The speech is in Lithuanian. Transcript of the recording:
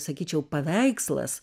sakyčiau paveikslas